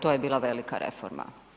To je bila velika reforma.